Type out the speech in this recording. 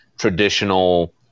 traditional